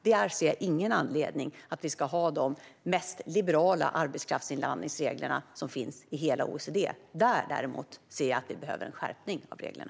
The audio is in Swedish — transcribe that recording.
Där ser jag ingen anledning till att vi ska ha de mest liberala arbetskraftsinvandringsregler som finns i hela OECD. Där anser jag i stället att vi behöver en skärpning av reglerna.